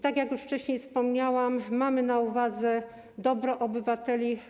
Tak jak już wcześniej wspomniałam, mamy na uwadze dobro obywateli.